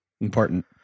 Important